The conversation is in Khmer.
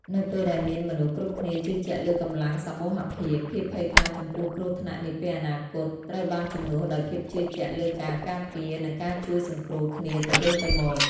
នៅពេលដែលមនុស្សគ្រប់គ្នាជឿជាក់លើកម្លាំងសមូហភាព ភាពភ័យខ្លាចចំពោះគ្រោះថ្នាក់នាពេលអនាគតត្រូវបានជំនួសដោយភាពជឿជាក់លើការការពារ និងការជួយសង្គ្រោះគ្នាទៅវិញទៅមក។